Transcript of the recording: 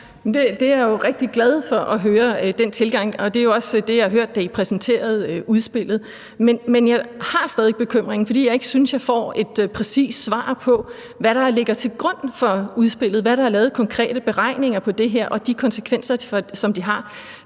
er jeg jo rigtig glad for at høre. Og det er jo også det, jeg har hørt blive præsenteret i udspillet. Men jeg har stadig væk bekymringen, for jeg synes ikke, jeg får et præcist svar på, hvad der ligger til grund for udspillet, og hvad der er lavet af konkrete beregninger på det her og af de konsekvenser, som det har.